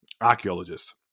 archaeologists